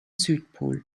südpol